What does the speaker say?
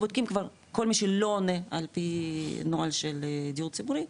בודקים כל מי שלא עונה על פי נוהל של דיור ציבורי.